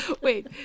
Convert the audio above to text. Wait